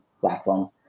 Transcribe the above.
platform